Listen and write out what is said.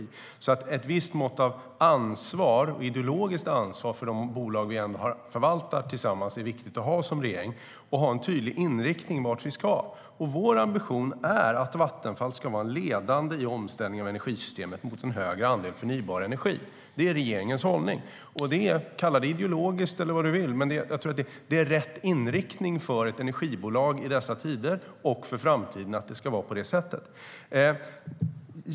Det är viktigt att regeringen har ett visst mått av ansvar, också ideologiskt ansvar, för de bolag vi tillsammans förvaltar och att det finns en tydlig inriktning på vart vi ska. Vår ambition är att Vattenfall ska vara ledande i omställningen av energisystemet mot en högre andel förnybar energi. Det är regeringens hållning. Man kan kalla det ideologiskt eller vad man vill, men det är rätt inriktning för ett energibolag i dessa tider och i framtiden.